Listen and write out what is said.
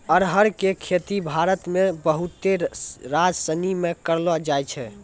अरहर के खेती भारत मे बहुते राज्यसनी मे करलो जाय छै